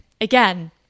again